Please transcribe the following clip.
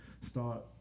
start